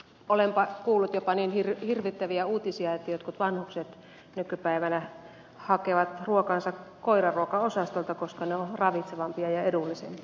olenpa kuullut jopa niin hirvittäviä uutisia että jotkut vanhukset nykypäivänä hakevat koiranruokaosastolta ruokansa koska ne ruuat ovat ravitsevampia ja edullisempia